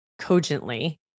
cogently